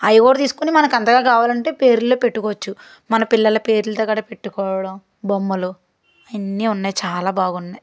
అవి కూడా తీసుకొని మనకి అంతగా కావాలంటే పేరులో పెట్టుకోవచ్చు మన పిల్లల పేర్లుతో కూడా పెట్టుకోవడం బొమ్మలు అన్నీ ఉన్నాయి చాలా బాగున్నాయి